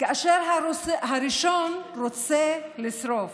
כאשר הראשון רוצה לשרוף,